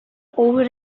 over